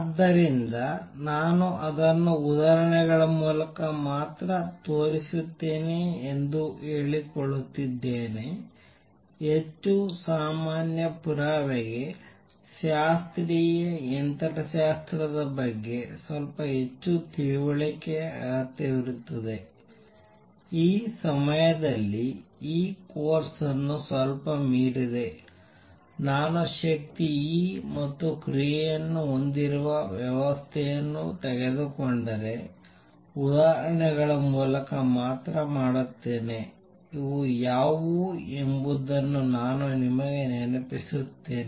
ಆದ್ದರಿಂದ ನಾನು ಅದನ್ನು ಉದಾಹರಣೆಗಳ ಮೂಲಕ ಮಾತ್ರ ತೋರಿಸುತ್ತೇನೆ ಎಂದು ಹೇಳಿಕೊಳ್ಳುತ್ತಿದ್ದೇನೆ ಹೆಚ್ಚು ಸಾಮಾನ್ಯ ಪುರಾವೆಗೆ ಶಾಸ್ತ್ರೀಯ ಯಂತ್ರಶಾಸ್ತ್ರದ ಬಗ್ಗೆ ಸ್ವಲ್ಪ ಹೆಚ್ಚು ತಿಳುವಳಿಕೆ ಅಗತ್ಯವಿರುತ್ತದೆ ಈ ಸಮಯದಲ್ಲಿ ಈ ಕೋರ್ಸ್ ಅನ್ನು ಸ್ವಲ್ಪ ಮೀರಿದೆ ನಾನು ಶಕ್ತಿ E ಮತ್ತು ಕ್ರಿಯೆಯನ್ನು ಹೊಂದಿರುವ ವ್ಯವಸ್ಥೆಯನ್ನು ತೆಗೆದುಕೊಂಡರೆ ಉದಾಹರಣೆಗಳ ಮೂಲಕ ಮಾತ್ರ ಮಾಡುತ್ತೇನೆ ಇವು ಯಾವುವು ಎಂಬುದನ್ನು ನಾನು ನಿಮಗೆ ನೆನಪಿಸುತ್ತೇನೆ